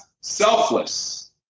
selfless